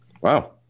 Wow